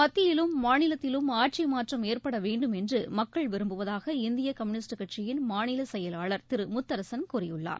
மத்தியிலும் மாநிலத்திலும் ஆட்சி மாற்றம் ஏற்பட வேண்டும் என்று மக்கள் விரும்புவதாக இந்திய கம்யூனிஸ்ட் கட்சியின் மாநில செயலாளர் திரு முத்தரசன் கூறியுள்ளார்